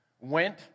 went